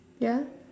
ya